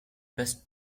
best